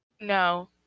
no